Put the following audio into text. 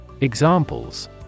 Examples